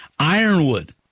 Ironwood